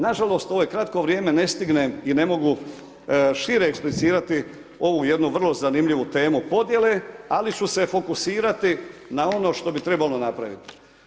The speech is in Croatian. Na žalost ovo je kratko vrijeme ne stignem i ne mogu šire eksplicirati ovu vrlo jednu zanimljivu temu podjele, ali ću se fokusirati na ono što bi trebalo napraviti.